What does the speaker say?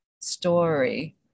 story